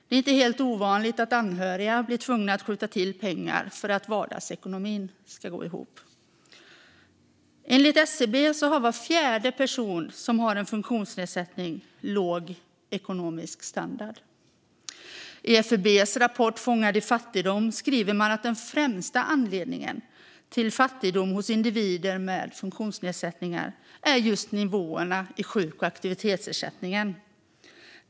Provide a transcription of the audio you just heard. Det är inte helt ovanligt att anhöriga blir tvungna att skjuta till pengar för att vardagsekonomin ska gå ihop. Enligt SCB har var fjärde person med funktionsnedsättning låg ekonomisk standard. I FUB:s rapport Fångad i fattigdom? skriver man att den främsta anledningen till fattigdom hos individer med funktionsnedsättningar är just nivåerna i sjuk och aktivitetsersättningen.